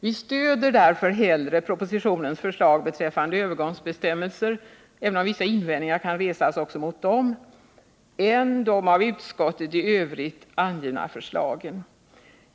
Vi stöder därför hellre propositionens förslag beträffande övergångsbestämmelser — även om vissa invändningar kan resas också mot dem — än de av utskottet i övrigt angivna förslagen.